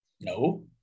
No